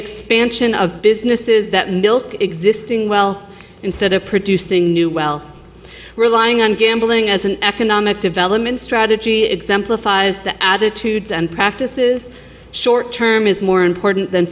expansion of business is that milk existing well instead of producing new well relying on gambling as an economic development strategy exemplifies the attitudes and practices short term is more